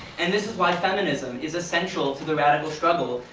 and this is why feminism is essential to the radical struggle,